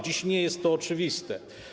Dziś nie jest to oczywiste.